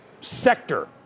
sector